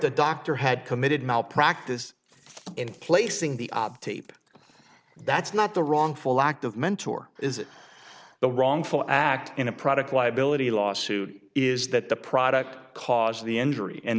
the doctor had committed malpractise in placing the opti that's not the wrongful act of mentor is the wrongful act in a product liability lawsuit is that the product caused the injury and